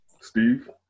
Steve